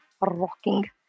rocking